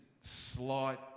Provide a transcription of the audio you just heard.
slight